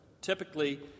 Typically